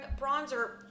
bronzer